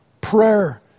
prayer